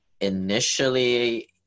Initially